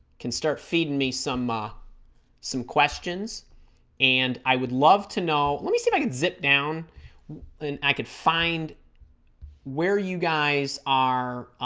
can start feeding me some ah some questions and i would love to know let me see if i could zip down and i could find where you guys are